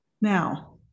Now